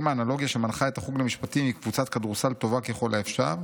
אם האנלוגיה שמנחה את החוג למשפטים היא קבוצת כדורסל טובה ככל האפשר,